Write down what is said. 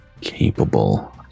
capable